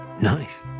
Nice